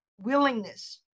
willingness